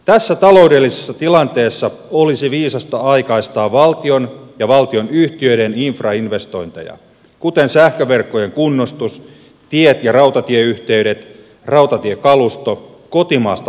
tässä taloudellisessa tilanteessa olisi viisasta aikaistaa valtion ja valtionyhtiöiden infrainvestointeja kuten sähköverkkojen kunnostusta investointeja teihin ja rautatieyhteyksiin rautatiekalustoon kotimaasta hankittuna ja tietojärjestelmähankintoja